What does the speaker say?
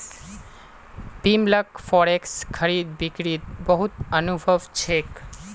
बिमलक फॉरेक्स खरीद बिक्रीत बहुत अनुभव छेक